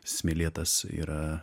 smėlėtas yra